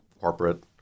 corporate